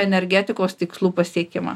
energetikos tikslų pasiekimą